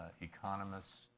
economists